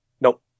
nope